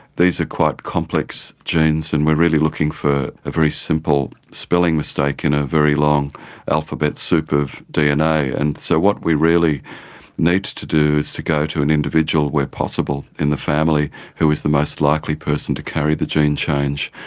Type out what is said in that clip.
these are quite complex genes and we're really looking for a very simple spelling mistake in a very long alphabet soup of dna, and so what we really need to do is to go to an individual where possible in the family who is the most likely person to carry the gene change.